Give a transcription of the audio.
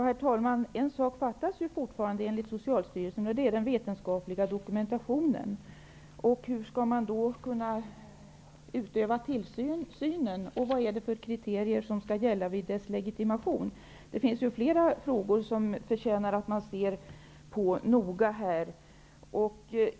Herr talman! En sak saknas fortfarande enligt Socialstyrelsen, nämligen den vetenskapliga dokumentationen. Hur skall man då kunna utöva tillsyn, och vad är det för kriterier som skall gälla beträffande legitimationen? Det finns fler frågor som förtjänar att noga beaktas.